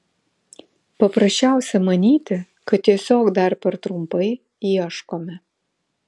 paprasčiausia manyti kad tiesiog dar per trumpai ieškome